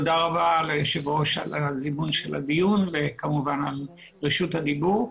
תודה רבה ליושב ראש על זימון הדיון וכמובן על רשות הדיבור.